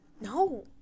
no